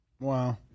Wow